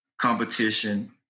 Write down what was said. competition